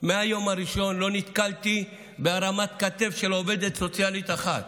מהיום הראשון לא נתקלתי בהרמת כתף של עובדת סוציאלית אחת